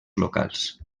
locals